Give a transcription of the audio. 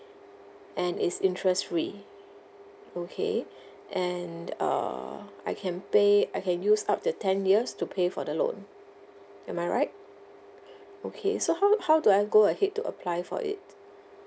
and it's interest free okay and err I can pay I can use up to ten years to pay for the loan am I right okay so how how do I go ahead to apply for it